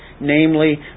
namely